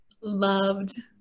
loved